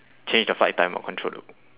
change the flight time or